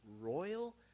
royal